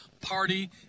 party